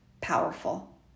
powerful